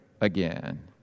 again